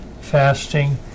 fasting